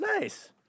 Nice